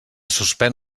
suspèn